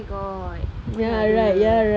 where got mana ada